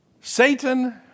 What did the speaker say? Satan